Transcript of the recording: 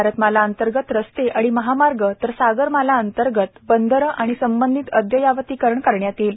भारतमाला अंतर्गत रस्ते आणि महामार्ग तर सागरमाला अंतर्गत बंदरं आणि संबंधित अद्ययावतीकरण करण्यात येईल